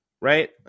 right